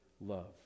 love